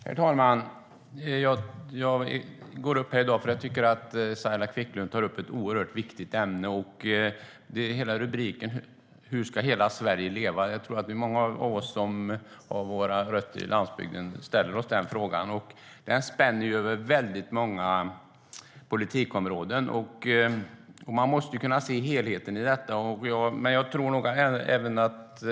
Herr talman! Jag begärde ordet för att jag tycker att Saila Quicklund tar upp ett oerhört viktigt ämne om hur hela Sverige ska leva. Det är många av oss som har våra rötter på landsbygden och som ställer oss den frågan. Den spänner över många politikområden, och man måste kunna se helheten i det här.